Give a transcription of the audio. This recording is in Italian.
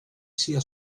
sia